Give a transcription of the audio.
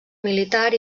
militar